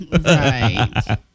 Right